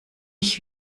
dich